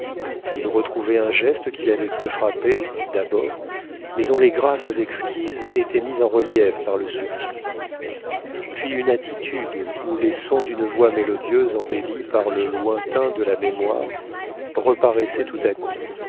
il retrouvait un geste qui l'avait peu frappé d'abord mais dont les grâces exquises étaient mises en relief par le souvenir puis une attitude ou les sons d'une voix mélodieuse embellis par le lointain de la mémoire reparaissaient tout à coup